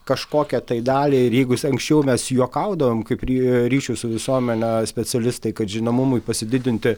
kažkokią tai daliai ir jeigu anksčiau mes juokaudavome kaip prie ryšių su visuomene specialistai kad žinomumui pasididinti